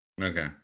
Okay